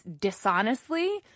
dishonestly